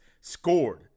scored